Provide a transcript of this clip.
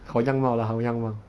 我样貌 lah 我样貌